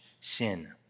sin